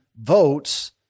votes